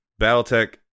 Battletech